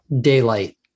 daylight